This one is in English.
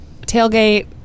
tailgate